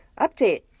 update